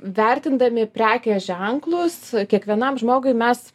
vertindami prekės ženklus kiekvienam žmogui mes